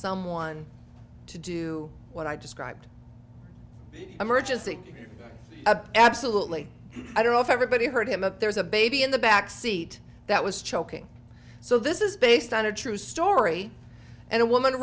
someone to do what i described emergency absolutely i don't know if everybody heard him up there's a baby in the backseat that was choking so this is based on a true story and a woman w